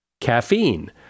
Caffeine